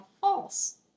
false